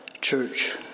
Church